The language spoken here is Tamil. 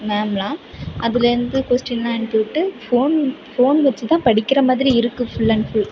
மேம்லாம் அதிலேருந்து கொஸ்டின்லாம் அனுப்பிட்டு ஃபோன் ஃபோன் வச்சுதான் படிக்கிறமாதிரி இருக்கு ஃபுல் அண்ட் ஃபுல்